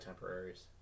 temporaries